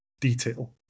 detail